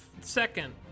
second